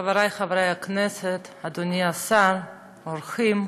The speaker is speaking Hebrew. חברי חברי הכנסת, אדוני השר, אורחים,